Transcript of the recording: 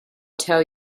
tell